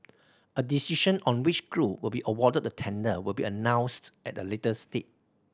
a decision on which group will be awarded the tender will be announced at a later date